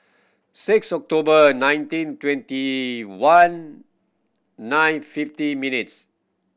six October nineteen twenty one nine fift minutes